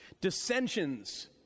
dissensions